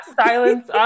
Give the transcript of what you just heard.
silence